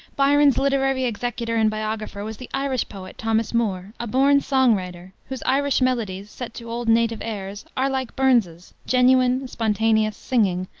byron's literary executor and biographer was the irish poet, thomas moore, a born song-writer, whose irish melodies, set to old native airs, are, like burns's, genuine, spontaneous, singing,